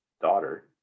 daughter